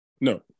No